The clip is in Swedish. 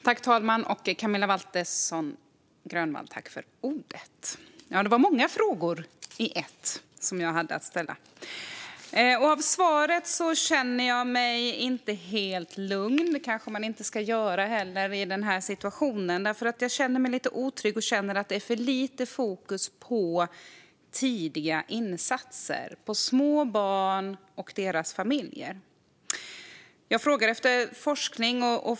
Fru talman! Tack för svaret, Camilla Waltersson Grönvall! Jag hade ställt många frågor i en. Av svaret känner jag mig inte helt lugn. Det ska man kanske inte heller göra i den här situationen. Jag känner mig lite otrygg. Det är för lite fokus på tidiga insatser, på små barn och deras familjer. Jag frågade efter forskning.